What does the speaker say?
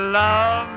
love